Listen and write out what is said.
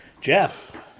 Jeff